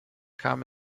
kam